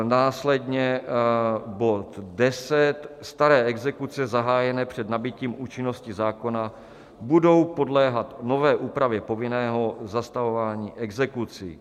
Následně bod 10 staré exekuce zahájené před nabytím účinnosti zákona budou podléhat nové úpravě povinného zastavování exekucí.